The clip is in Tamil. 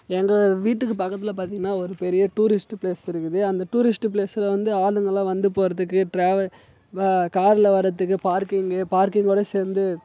எங்கள் வீட்டுக்கு பக்கத்தில் பார்த்திங்கன்னா ஒரு பெரிய டூரிஸ்டு ப்ளேஸ் இருக்குது அந்த டூரிஸ்டு பிளேஸில் வந்து ஆளுங்கள்லாம் வந்து போகறதுக்கு ட்ராவல் வ காரில் வர்றதுக்கு பார்க்கிங்கு பார்க்கிங்கோட சேர்ந்து